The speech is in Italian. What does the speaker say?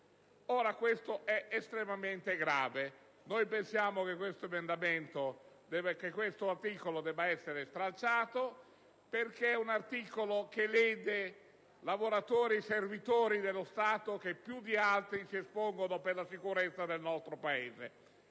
Questo è estremamente grave. Pensiamo che questo articolo debba essere soppresso, perché lede lavoratori e servitori dello Stato che più di altri si espongono per la sicurezza del nostro Paese,